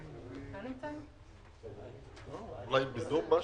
אולי בזום?